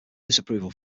disapproval